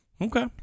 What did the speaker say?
Okay